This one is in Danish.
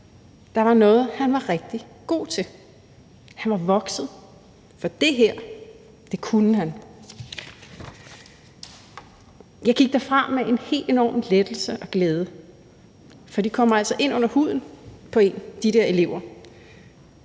Der var noget, han var rigtig god til. Han var vokset, for dét her, det kunne han. Jeg gik derfra med en helt enorm lettelse og glæde, for de kommer altså ind under huden på en, de der elever.